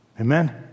Amen